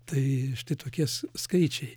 tai štai tokie s skaičiai